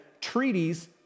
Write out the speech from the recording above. treaties